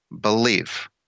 believe